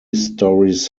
stories